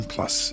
Plus